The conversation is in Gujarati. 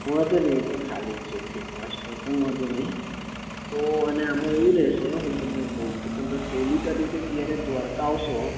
વાંધો નહીં એ તો ખાલી જ છે એકથી પાંચ તો કંઈ વાંધો નહીં તો અને આમાં એવું રહેશે હું તમને કહું કે તમે જ્યારે પહેલી તારીખે જ્યારે દ્વારકા આવશો